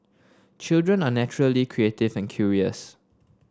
children are naturally creative and curious